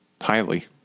Highly